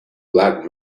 black